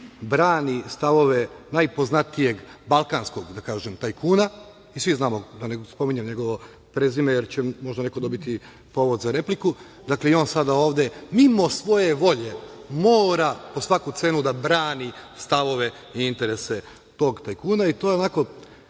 brani stavove najpoznatijeg balkanskog, da kažem, tajkuna. Svi znamo, da ne spominjem njegovo prezime, jer će možda neko dobiti povod za repliku. Dakle, i on sada ovde mimo svoje volje mora po svaku cenu da brani stavove i interese tog tajkuna i to je onako,